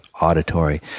auditory